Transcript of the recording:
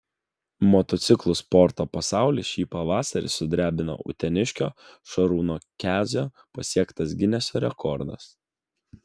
motociklų sporto pasaulį šį pavasarį sudrebino uteniškio šarūno kezio pasiektas gineso rekordas